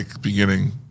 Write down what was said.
beginning